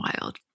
wild